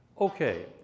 okay